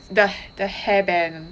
the the hair band